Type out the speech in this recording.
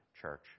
church